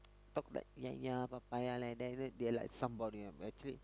talk like ya ya papaya like that then are like somebody but actually